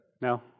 No